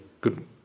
good